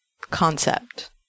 concept